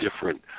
different